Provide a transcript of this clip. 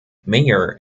mayor